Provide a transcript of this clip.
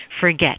forget